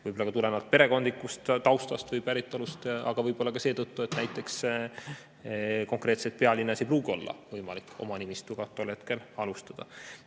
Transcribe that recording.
Võib-olla tulenevalt perekondlikust taustast või päritolust, aga ka seetõttu, et näiteks konkreetselt pealinnas ei pruugi olla võimalik oma nimistuga tol hetkel alustada.